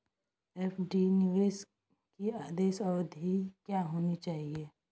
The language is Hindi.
एफ.डी निवेश की आदर्श अवधि क्या होनी चाहिए?